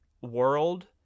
world